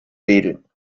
wedeln